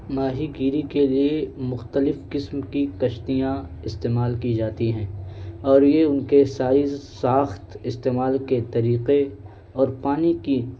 ماہی گیری کے لیے مختلف قسم کی کشتیاں استعمال کی جاتی ہیں اور یہ ان کے سائز ساخت استعمال کے طریقے اور پانی کی